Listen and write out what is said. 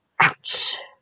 Ouch